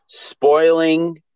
spoiling